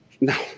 no